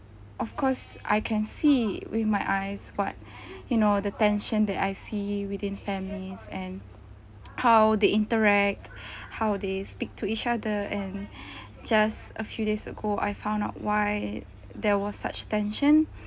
of course I can see with my eyes what you know the tension that I see within families and how they interact how they speak to each other and just a few days ago I found out why there was such tension